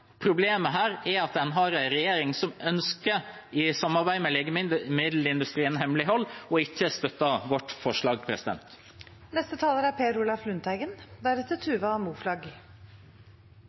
Problemet her er at en har en regjering som – i samarbeid med legemiddelindustrien – ønsker hemmelighold, og ikke støtter vårt forslag. Som jeg har sagt, er